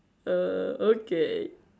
uh okay